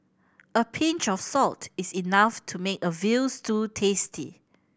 a pinch of salt is enough to make a veal stew tasty